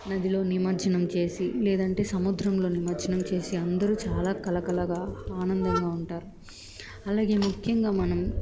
నదిలో నిమజ్జనం చేసి లేదంటే సముద్రంలో నిమజ్జనం చేసి అందరూ చాలా కళకళగా ఆనందంగా ఉంటారు అలాగే ముఖ్యంగా మనం